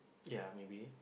ya maybe